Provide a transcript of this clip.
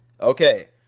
Okay